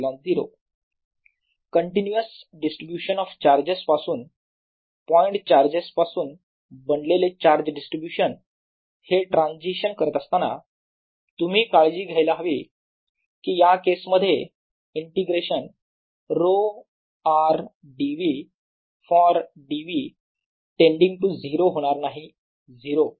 E12ij i≠j QiQj4π0।ri rj। Continuous distribution of charges पासून point charges पासून बनलेले charge distribution हे ट्रान्झिशन करत असताना तुम्ही काळजी घ्यायला हवे कि या केस मध्ये integration ρ r d v for d v tending to 0 होणार नाही 0